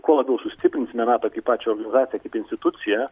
kuo labiau sustiprinsime nato kaip pačią organizaciją kaip instituciją